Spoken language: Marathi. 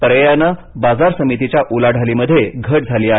पर्यायाने बाजार समितीच्या उलाढालीमध्ये घट झाली आहे